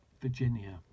Virginia